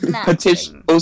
petition